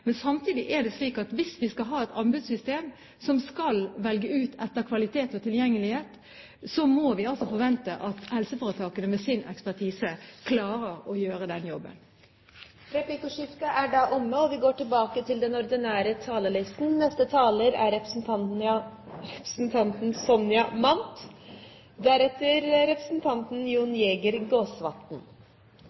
men samtidig er det slik at hvis vi skal ha et anbudssystem som skal velge ut etter kvalitet og tilgjengelighet, må vi forvente at helseforetakene med sin ekspertise klarer å gjøre den jobben. Replikkordskiftet er omme. God velferd er spørsmål om fordeling av samfunnets ressurser. For Arbeiderpartiet vil en sterk offentlig sektor være garantisten for å oppnå en best mulig fordeling av godene og